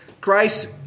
Christ